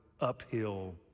uphill